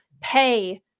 pay